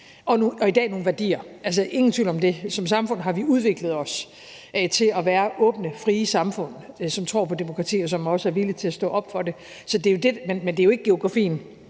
og i dag nogle værdier, ingen tvivl om det. Som samfund har vi udviklet os til at være åbne, frie samfund, som tror på demokrati, og som også er villige til at stå op for det. Men det er jo ikke geografien,